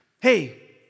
Hey